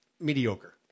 mediocre